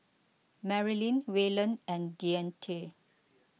Marilynn Wayland and Deante